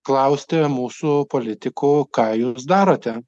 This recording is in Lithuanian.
klausti mūsų politikų ką jūs darote